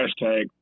hashtag